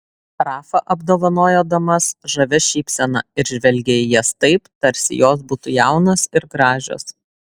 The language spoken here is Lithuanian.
rafa apdovanojo damas žavia šypsena ir žvelgė į jas taip tarsi jos būtų jaunos ir gražios